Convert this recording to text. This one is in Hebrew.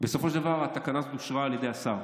בסופו של דבר התקנה הזאת אושרה על ידי השר.